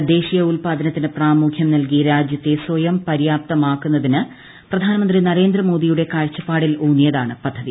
തദ്ദേശീയ ഉത്പാദനത്തിന് പ്രാമുഖ്യം നൽകി രാജ്യത്തെ സ്വയം പര്യാപ്തമാക്കുന്നതിന് പ്രധാനമന്ത്രി നരേന്ദ്രമോദിയുടെ കാഴ്ചപ്പാടിൽ ഊന്നിയതാണ് പദ്ധതി